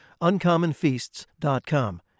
Uncommonfeasts.com